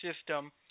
system